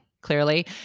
clearly